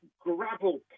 gravel